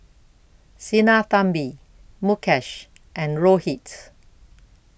Sinnathamby Mukesh and Rohit